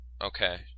Okay